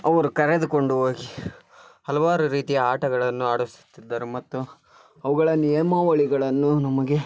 ಅವರು ಕರೆದುಕೊಂಡು ಹೋಗಿ ಹಲವಾರು ರೀತಿಯ ಆಟಗಳನ್ನು ಆಡಿಸುತ್ತಿದ್ದರು ಮತ್ತು ಅವುಗಳ ನಿಯಮಾವಳಿಗಳನ್ನು ನಮಗೆ